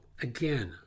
again